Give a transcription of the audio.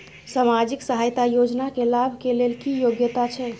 सामाजिक सहायता योजना के लाभ के लेल की योग्यता छै?